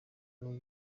umuntu